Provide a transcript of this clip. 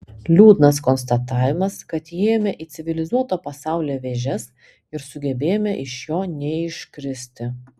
liūdnas konstatavimas kad įėjome į civilizuoto pasaulio vėžes ir sugebėjome iš jo neiškristi